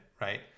right